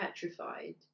petrified